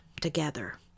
together